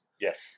Yes